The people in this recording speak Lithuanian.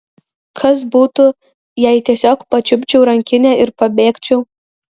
kas būtų jei tiesiog pačiupčiau rankinę ir pabėgčiau